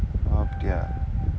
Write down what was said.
okay ah